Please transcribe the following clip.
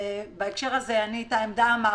אמרתי את העמדה.